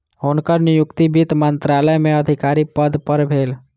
हुनकर नियुक्ति वित्त मंत्रालय में अधिकारी पद पर भेल